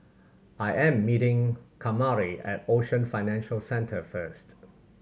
I am meeting Kamari at Ocean Financial Centre first